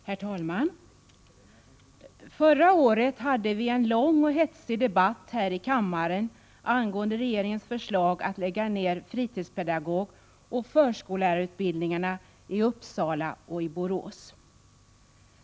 Herr talman! Förra året hade vi en lång och hetsig debatt här i kammaren angående regeringens förslag att lägga ned fritidspedagogoch förskollärarutbildningarna i Uppsala och Borås.